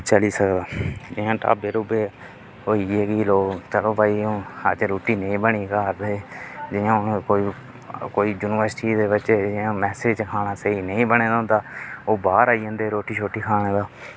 चली सकदा जि'यां ढाबे ढूबे होई गे कि लोग चलो भाई हून अज्ज रुट्टी नेईं बनी घर ते जि'यां हून कोई यूनिर्सिटये दे बच्चे जि'यां कोई मैस च खाना स्हेई नेईं बने दा हुंदा ओह् बाह्र आई जंदे रोट्टी शोट्टी खाना तां